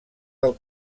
del